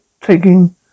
taking